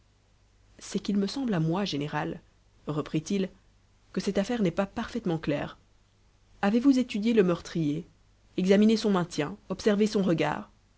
c'est qu'il me semble à moi général reprit-il que cette affaire n'est pas parfaitement claire avez-vous étudié le meurtrier examiné son maintien observé son regard